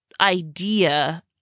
idea